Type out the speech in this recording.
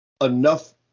enough